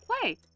play